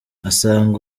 asanga